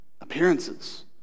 appearances